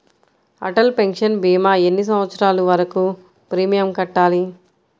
Atal pension భీమా ఎన్ని సంవత్సరాలు వరకు ప్రీమియం కట్టాలి?